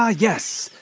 ah yes.